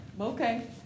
okay